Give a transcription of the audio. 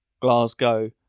Glasgow